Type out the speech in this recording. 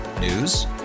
News